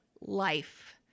life